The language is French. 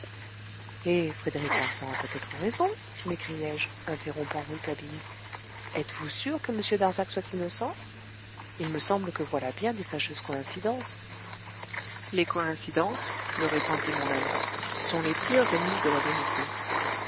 frédéric larsan a peut-être raison m'écriai-je interrompant rouletabille êtes-vous sûr que m darzac soit innocent il me semble que voilà bien des fâcheuses coïncidences les coïncidences me répondit mon ami sont les pires ennemies de la vérité